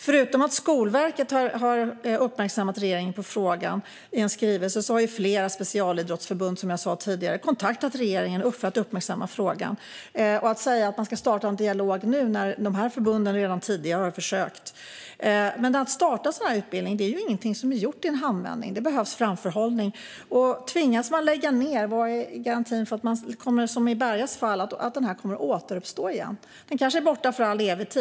Förutom att Skolverket genom en skrivelse har uppmärksammat regeringen på frågan har, som jag sa tidigare, också flera specialidrottsförbund kontaktat regeringen. Ministern säger att hon ska starta en dialog nu, men förbunden har redan tidigare gjort sådana försök. Att starta dessa utbildningar är inget som är gjort i en handvändning. Det behövs framförhållning. Vilken garanti finns för att utbildningarna kan återuppstå om de som i Bergas fall tvingas lägga ned? En sådan utbildning kanske är borta för evigt.